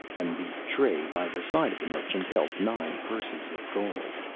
and the tray by the side of the merchant held nine purses of gold.